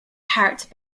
character